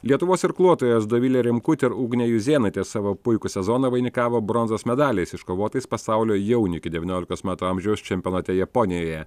lietuvos irkluotojos dovilė rimkutė ir ugnė juzėnaitė savo puikų sezoną vainikavo bronzos medaliais iškovotais pasaulio jaunių iki devyniolikos metų amžiaus čempionate japonijoje